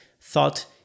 thought